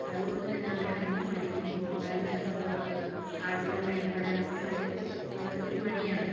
അതുകൊണ്ട് തന്നെ അവരതിന് മടിക്കുന്നു പോകാനും മറ്റുള്ള ആൾക്കാരുമായി ഇടപെടാനുമൊക്കെ അവര് അവർക്കൊരു മടിയാണ്